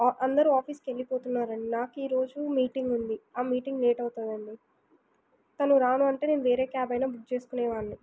అందరు ఆఫీస్కి వెళ్ళిపోతున్నారు అండి నాకు ఈరోజు మీటింగ్ ఉంది ఆ మీటింగ్ లేట్ అవుతుందండి తను రాను అంటే నేను వేరే క్యాబ్ అయినా బుక్ చేసుకునేవాడ్ని